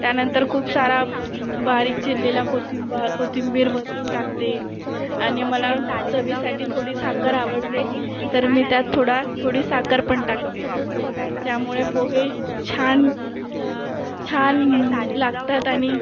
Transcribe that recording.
त्यानंतर खूप सारा बारीक चिरलेला कोथिंबार कोथिंबीर वरतून टाकते आणि मला चवीसाठी थोडी साखर आवडते तर मी त्यात थोडा थोडी साखर पण टाकते त्यामुळे पोहे छान छान लागतात आणि